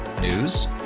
News